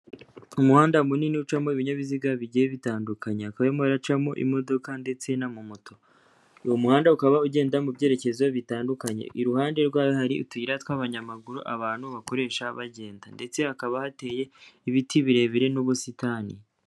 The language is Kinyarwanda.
Umuhanda munini ucamo ibinyabiziga bigiye bitandukanye, hakaba harimo haracamo imodoka ndetse n'amamoto. Uwo muhanda ukaba ugenda mu byerekezo bitandukanye, iruhande rwayo hari utuyira tw'abanyamaguru abantu bakoresha bagenda ndetse hakaba hateye ibiti birebire n'ubusitani.